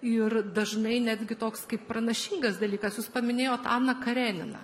ir dažnai netgi toks kaip pranašingas dalykas jūs paminėjot aną kareniną